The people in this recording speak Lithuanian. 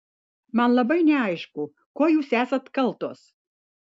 man labai neaišku kuo jūs esat kaltos